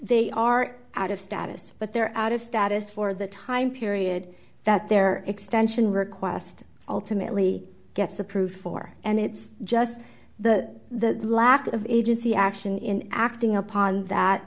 they are out of status but their out of status for the time period that their extension request ultimately gets approved for and it's just the lack of agency action in acting upon that